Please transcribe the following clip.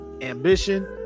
Ambition